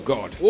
God